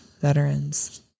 veterans